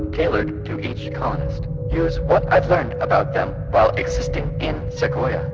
tailored to each colonist use what i've learned about them while existing in sequoia.